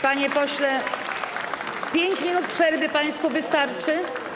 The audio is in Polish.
Panie pośle, 5 minut przerwy państwu wystarczy?